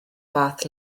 fath